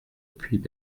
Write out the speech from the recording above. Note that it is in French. puits